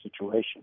situation